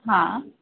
हा